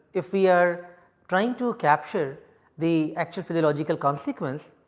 if we are trying to capture the actual physiological consequence,